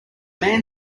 man